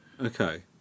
Okay